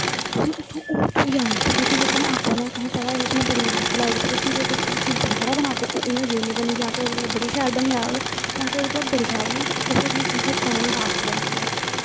तुसें कुत्थुं ओह् थ्होई जानी पर जेह्ड़ी तुसें आपूं बनाई दी तुसेंगी पता कि एह्दे च में बड़ी मेहनत लाई दी पर जे तुस ओह् चीज तुस दुबारा बनागो ओह् उ'यै चीज निं बननी जां ते ओह्दे कोला बड़ी शैल बनी जाहग पर उ'यै जेही चीज ओह् कदें बी बापस बनदी ऐ